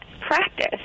practice